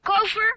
Gopher